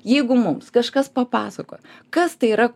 jeigu mums kažkas papasakoja kas tai yra